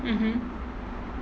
mmhmm